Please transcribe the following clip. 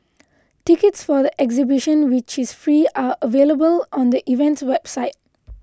tickets for the exhibition which is free are available on the event's website